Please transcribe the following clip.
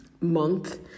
month